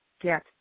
get